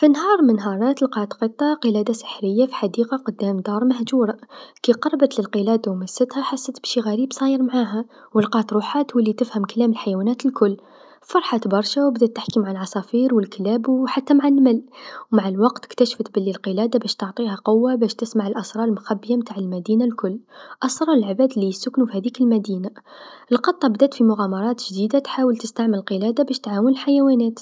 في نهار من النهارات لقات قطه قلاده سحريه في حديقه قدام دار مهجورا، كقربت للقلاده و مستها حست بشي غريب صاير معاها و لقات روحها تولي تفهم كلام الحيوانات الكل فرحت برشا و بدات تحكي مع العصافير و الكلاب و حتى مع النمل، و مع الوقت اكتشفت بلي القلاده باش تعطيها القوه باش تسمع الأسرار مخبيا نتع المدينه الكل، أسرار العباد ليسكنو في هذيك المدينه، القطه بدات في مغامرات جديدا تحاول تستعمل القلاده باش تعاون الحيوانات.